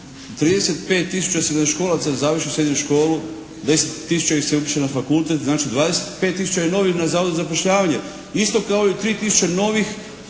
srednjoškolaca završi srednju školu, 10 tisuća ih se upiše na fakultet. Znači 25 tisuća je novih na Zavodu za zapošljavanje, isto kao i 3 tisuće novih